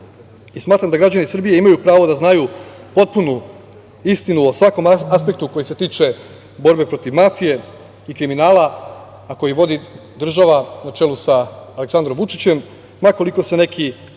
Smatram da građani Srbije imaju pravo da znaju potpunu istinu o svakom aspektu koji se tiče borbe protiv mafije i kriminala, a koji vodi država na čelu sa Aleksandrom Vučićem, ma koliko se neki mediji